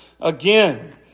again